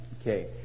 Okay